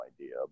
idea